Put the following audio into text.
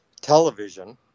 television